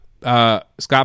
Scott